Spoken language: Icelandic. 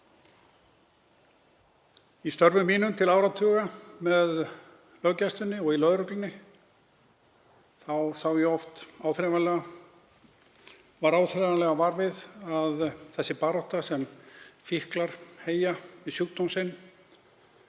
Í störfum mínum til áratuga með löggæslunni og í lögreglunni varð ég oft áþreifanlega var við að sú barátta sem fíklar heyja við sjúkdóm sinn